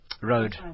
Road